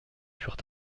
furent